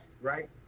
right